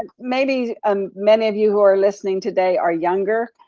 ah maybe um many of you who are listening today are younger.